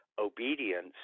obedience